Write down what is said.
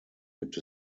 gibt